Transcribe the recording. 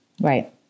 Right